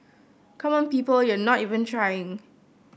come on people you're not even trying